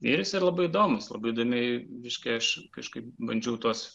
ir jis yra labai įdomus labai įdomi reiškia aš kažkaip bandžiau tuos